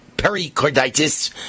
pericarditis